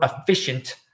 efficient